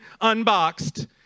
unboxed